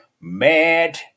mad